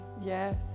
Yes